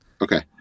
Okay